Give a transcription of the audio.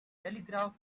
telegraph